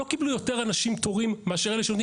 לא קיבלו יותר אנשים תורים מאשר אלה שנותנים,